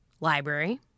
library